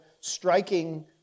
Striking